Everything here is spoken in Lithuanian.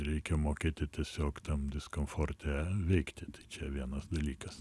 reikia mokėti tiesiog tam diskomforte veikti tai čia vienas dalykas